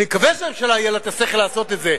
אני מקווה שהממשלה יהיה לה השכל לעשות את זה.